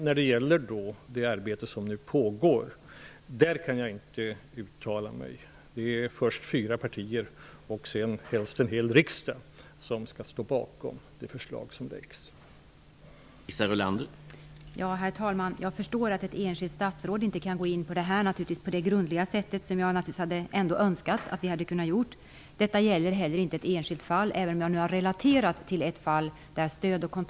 När det gäller det arbete som pågår kan jag inte uttala mig. Det är först fyra partier och sedan helst en hel riksdag som skall stå bakom det förslag som läggs fram.